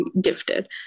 gifted